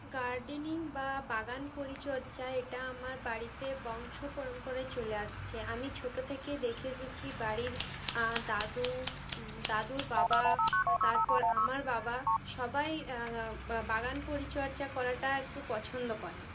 gardening বা বাগান পরিচর্যা এটা আমার বাড়িতে বংশ পরম্পরায় চলে আসছে আমি ছোটো থেকে দেখে এসেছি বাড়ির দাদু দাদুর বাবা বা তারপর আমার বাবা সবাই বাগান পরিচর্যা করাটা একটু পছন্দ করেন